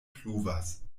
pluvas